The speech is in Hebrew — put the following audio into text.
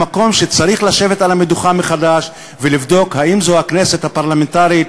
למקום שצריך לשבת על המדוכה מחדש ולבדוק האם זו הכנסת הפרלמנטרית,